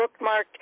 bookmarked